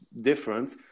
different